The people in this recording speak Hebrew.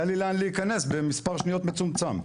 היה לי לאן להיכנס במספר שניות מצומצם.